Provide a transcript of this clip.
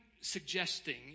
suggesting